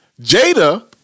Jada